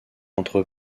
entre